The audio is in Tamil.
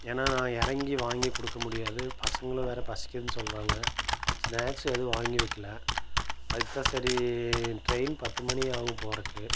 ஏன்னா நான் இறங்கி வாங்கி கொடுக்க முடியாது பசங்களும் வேறு பசிக்கிதுன்னு சொல்லுறாங்க ஸ்னாக்ஸ் எதுவும் வாங்கி வைக்கல அதுக்குத்தான் சரி ட்ரெயின் பத்து மணி ஆகும் போறதுக்கு